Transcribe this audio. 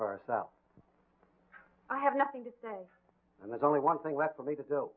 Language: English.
for ourselves i have nothing to say and there's only one thing left for me to do